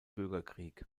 bürgerkrieg